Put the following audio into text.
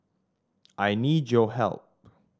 I need your help